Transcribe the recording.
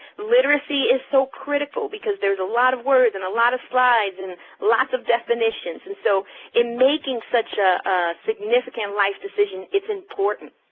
literacy is so critical because there's a lot of words and a lot of slides and lots of definitions. and so in making such a significant life decision, it's important.